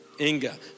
Inga